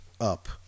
up